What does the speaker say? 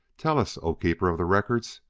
tell us, o keeper of the records,